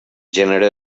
gènere